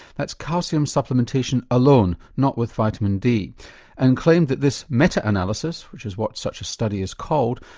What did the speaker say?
that's calcium supplementation alone, not with vitamin d and claimed that this meta-analysis, which is what such a study is called,